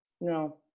No